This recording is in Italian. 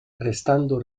restando